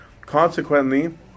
Consequently